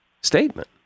statement